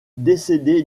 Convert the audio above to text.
décédée